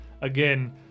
again